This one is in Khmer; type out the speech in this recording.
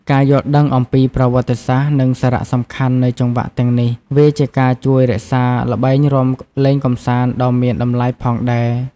ការយល់ដឹងអំពីប្រវត្តិ និងសារៈសំខាន់នៃចង្វាក់ទាំងនេះ វាជាការជួយរក្សារល្បែងរាំលេងកម្សាន្តដ៏មានតម្លៃផងដែរ។